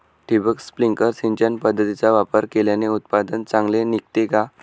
ठिबक, स्प्रिंकल सिंचन पद्धतीचा वापर केल्याने उत्पादन चांगले निघते का?